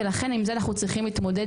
ולכן עם זה אנחנו צריכים להתמודד.